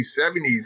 70s